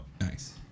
nice